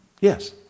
Yes